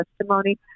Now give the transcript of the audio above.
testimony